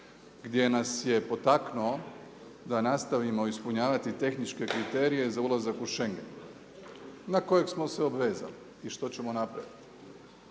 gdje nas je potaknuo da nastavimo ispunjavati tehničke kriterija za ulazak u Schengen na kojeg smo se obvezali i što ćemo napraviti.